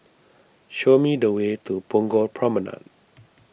show me the way to Punggol Promenade